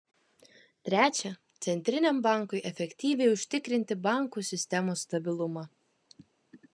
trečia centriniam bankui efektyviai užtikrinti bankų sistemos stabilumą